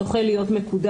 זוכה להיות מקודם,